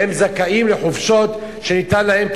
הם זכאים לחופשות שניתנות להם,